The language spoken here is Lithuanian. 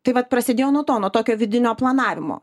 tai vat prasidėjo nuo to nuo tokio vidinio planavimo